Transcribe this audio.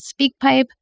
SpeakPipe